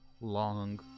long